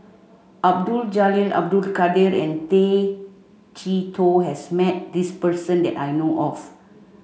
Abdul Jalil Abdul Kadir and Tay Chee Toh has met this person that I know of